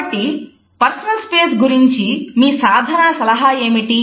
కాబట్టి personal space ఏమిటి